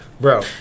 Bro